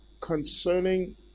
concerning